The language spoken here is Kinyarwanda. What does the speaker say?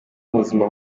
ubuzima